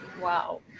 Wow